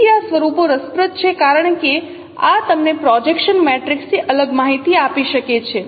તેથી આ સ્વરૂપો રસપ્રદ છે કારણ કે આ તમને પ્રોજેક્શન મેટ્રિક્સ થી અલગ માહિતી આપી શકે છે